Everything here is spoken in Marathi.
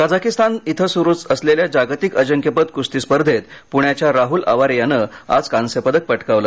कझाकिस्तान सुरू असलेल्या जागतिक अजिंक्यपद कुस्ती स्पर्धेत प्ण्याच्या राहल आवारे यानं आज कांस्यपदक पटकावलं